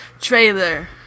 trailer